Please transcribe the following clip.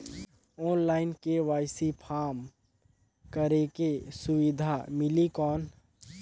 Online KYC form करेके सुविधा मिली कौन?